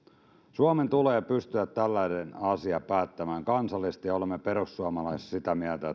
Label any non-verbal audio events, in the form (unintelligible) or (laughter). suomen tulee pystyä tällainen asia päättämään kansallisesti ja olemme perussuomalaisissa sitä mieltä (unintelligible)